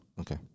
Okay